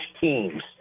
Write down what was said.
teams